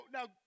Now